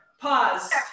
Pause